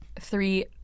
three